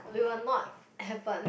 we will not happen